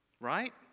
right